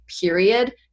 period